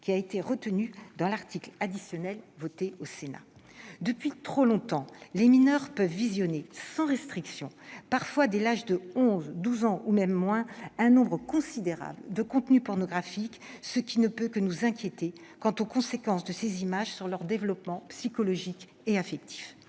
qui a été retenue dans l'article additionnel voté au Sénat. Depuis trop longtemps, les mineurs peuvent visionner sans restriction, parfois dès l'âge de 12 ans, 11 ans, voire moins, un nombre considérable de contenus pornographiques. Cela ne peut que nous inquiéter quant aux conséquences de ces images sur leur développement psychologique et affectif.